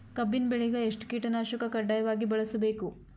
ಕಬ್ಬಿನ್ ಬೆಳಿಗ ಎಷ್ಟ ಕೀಟನಾಶಕ ಕಡ್ಡಾಯವಾಗಿ ಬಳಸಬೇಕು?